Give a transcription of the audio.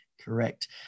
correct